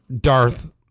Darth